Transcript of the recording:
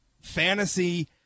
fantasy